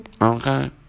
Okay